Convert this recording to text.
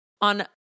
on